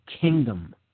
kingdom